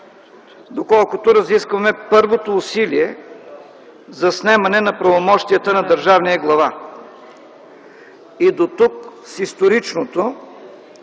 доколкото разискваме първото усилие за снемане на правомощията на държавния глава. Дотук с историчното,